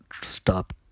stop